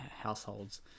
households